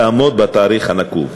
היא תעמוד בתאריך הנקוב.